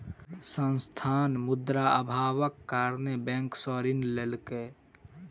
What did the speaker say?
संस्थान, मुद्रा अभावक कारणेँ बैंक सॅ ऋण लेलकै